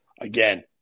Again